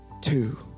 two